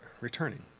returning